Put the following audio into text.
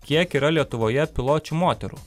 kiek yra lietuvoje piločių moterų